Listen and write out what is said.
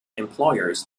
employers